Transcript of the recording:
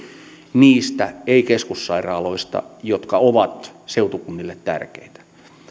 niistä ei keskussairaaloista jotka ovat seutukunnille tärkeitä